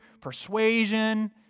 persuasion